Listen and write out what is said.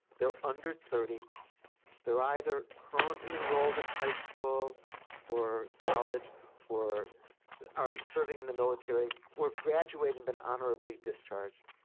they're under thirty they're either currently enrolled in high school or college or are serving in the military or have graduate and been honorably discharged.